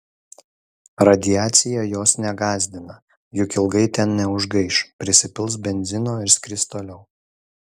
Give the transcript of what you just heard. radiacija jos negąsdina juk ilgai ten neužgaiš prisipils benzino ir skris toliau